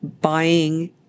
buying